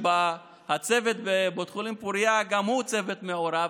שהצוות בבית החולים פוריה הוא צוות מעורב,